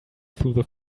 through